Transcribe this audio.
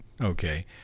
Okay